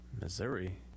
Missouri